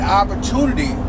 opportunity